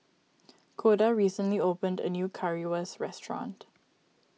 Koda recently opened a new Currywurst restaurant